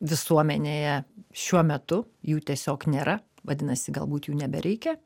visuomenėje šiuo metu jų tiesiog nėra vadinasi galbūt jų nebereikia